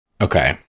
Okay